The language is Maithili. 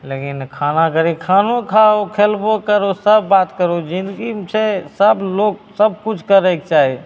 लेकिन खाना घड़ी खानो खाहो खेलबो करहो सबबात करहो जिन्दगीमे छै सभलोक सबकिछु करैके चाही